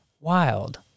wild